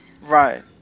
Right